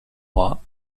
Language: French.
roi